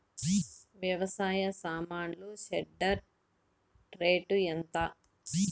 వ్యవసాయ సామాన్లు shredder rate ఎంత?